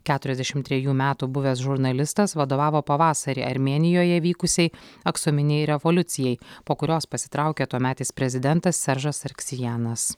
keturiasdešimt trejų metų buvęs žurnalistas vadovavo pavasarį armėnijoje vykusiai aksominei revoliucijai po kurios pasitraukė tuometis prezidentas seržas arksijenas